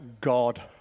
God